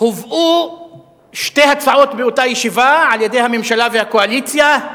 הובאו שתי הצעות באותה ישיבה על-ידי הממשלה והקואליציה: